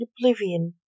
oblivion